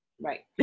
Right